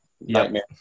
nightmare